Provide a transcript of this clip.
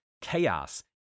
chaos